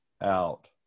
out